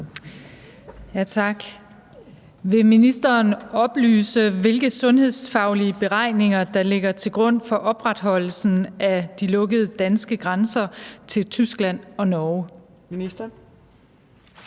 (V): Vil ministeren oplyse, hvilke sundhedsfaglige beregninger der ligger til grund for opretholdelsen af de lukkede danske grænser til Tyskland og Norge?